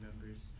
members